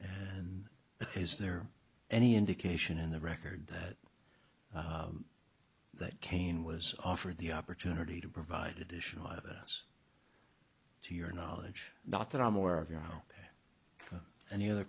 and is there any indication in the record that that cain was offered the opportunity to provide additional us to your knowledge not that i'm aware of you know any other